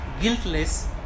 guiltless